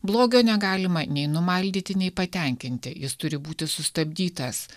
blogio negalima nei numaldyti nei patenkinti jis turi būti sustabdytas